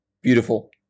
Beautiful